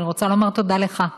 אני רוצה לומר תודה לך,